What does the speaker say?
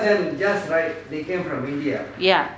ya